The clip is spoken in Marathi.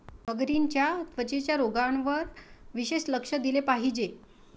मगरींच्या त्वचेच्या रोगांवर विशेष लक्ष दिले पाहिजे